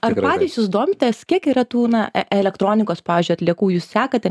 ar patys jūs domites kiek yra tų na elektronikos pavyzdžiui atliekų jūs sekate